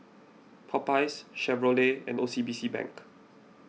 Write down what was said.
Popeyes Chevrolet and O C B C Bank